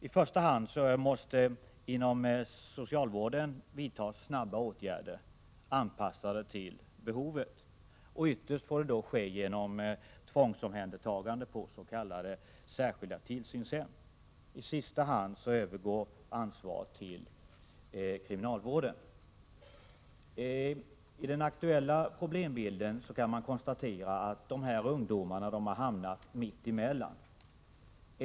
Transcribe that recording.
I första hand måste man inom socialvården vidta snabba åtgärder anpassade till behovet. Ytterst får det ske genom tvångsomhändertaganden på s.k. särskilda tillsynshem. I sista hand övergår ansvaret till kriminalvården. När det gäller den aktuella problembilden kan man konstatera att dessa ungdomar har hamnat ”mitt emellan”.